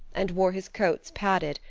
and wore his coats padded,